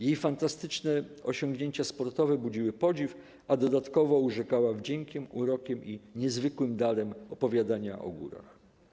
Jej fantastyczne osiągnięcia sportowe budziły podziw, a dodatkowo urzekała wdziękiem, urokiem i niezwykłym darem opowiadania o górach.